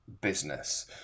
business